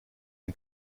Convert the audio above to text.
ein